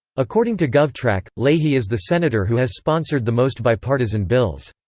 according to govtrack, leahy is the senator who has sponsored the most bipartisan bills.